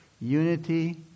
Unity